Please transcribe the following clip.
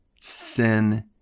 sin